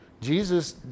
Jesus